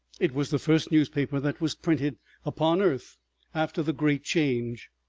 it was the first newspaper that was printed upon earth after the great change.